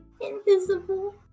Invisible